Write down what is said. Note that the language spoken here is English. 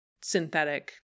synthetic